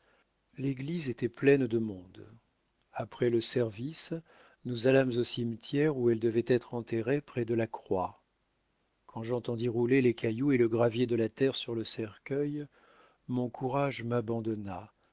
l'église était pleine de monde après le service nous allâmes au cimetière où elle devait être enterrée près de la croix quand j'entendis rouler les cailloux et le gravier de la terre sur le cercueil mon courage m'abandonna